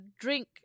drink